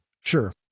Sure